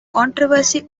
controversy